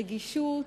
ברגישות,